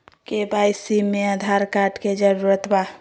KYC में Aadhaar card के जरूरत बा?